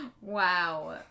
Wow